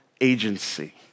agency